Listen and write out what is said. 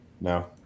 No